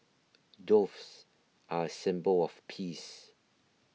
doves are a symbol of peace